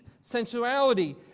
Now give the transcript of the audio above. sensuality